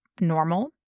normal